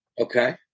Okay